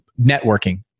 networking